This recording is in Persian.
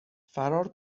فرار